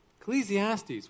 Ecclesiastes